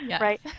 right